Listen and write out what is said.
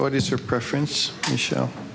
what is your preference michelle